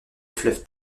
fleuve